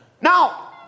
Now